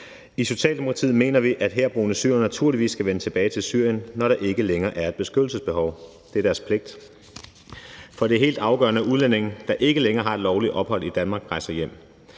I Socialdemokratiet mener vi, at herboende syrere naturligvis skal vende tilbage til Syrien, når der ikke længere er et beskyttelsesbehov. Det er deres pligt. For det er helt afgørende, at udlændinge, der ikke længere har et lovligt ophold i Danmark, rejser hjem.